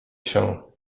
się